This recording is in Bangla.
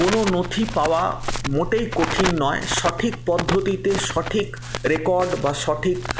কোনো নথি পাওয়া মোটেই কঠিন নয় সঠিক পদ্ধতিতে সঠিক রেকর্ড বা সঠিক